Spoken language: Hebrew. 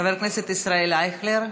חבר הכנסת ישראל אייכלר,